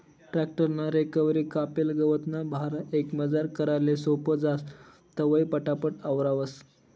tractor ना रेकवरी कापेल गवतना भारा एकमजार कराले सोपं जास, तवंय पटापट आवरावंस